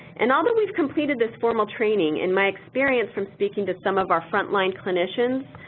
and although we've completed this formal training, in my experience from speaking to some of our frontline clinicians,